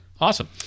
awesome